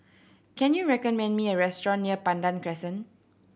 can you recommend me a restaurant near Pandan Crescent